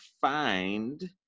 find